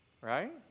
Right